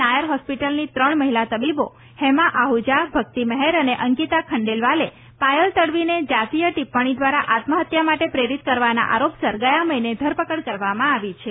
નાયર હોસ્પિટલની ત્રણ મહિલા તબીબો હેમા આહુજા ભક્તિ મેહેર અને અંકિતા ખંડેલવાલે પાયલ તડવીને જાતીય ટિપ્પણી દ્વારા આત્યહત્યા માટે પ્રેરીત કરવાના આરોપસર ગયા મહિને ધરપકડ કરવામાં આવી છે